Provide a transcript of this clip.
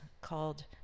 called